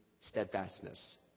Steadfastness